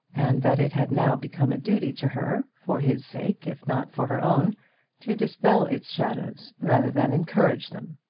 and that it had now become a duty to her for his sake, if not for her own to dispel its shadows rather than encourage them.